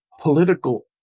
political